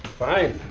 fine.